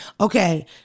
Okay